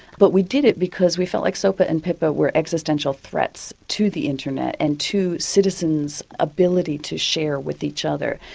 but we did it because we felt like sopa and pipa were existential threats to the internet and to citizens' ability to share with each other.